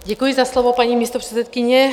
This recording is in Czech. Děkuji za slovo, paní místopředsedkyně.